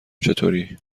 چطوری